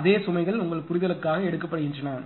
அதே சுமைகள் உங்கள் புரிதலுக்காக எடுக்கப்படுகின்றன